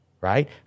right